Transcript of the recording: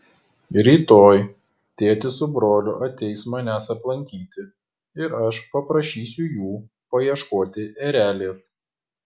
rytoj tėtis su broliu ateis manęs aplankyti ir aš paprašysiu jų paieškoti erelės